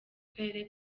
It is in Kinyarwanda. karere